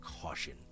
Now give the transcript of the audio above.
caution